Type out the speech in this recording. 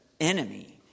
enemy